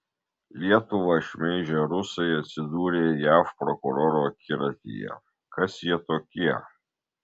lietuvą šmeižę rusai atsidūrė jav prokurorų akiratyje kas jie tokie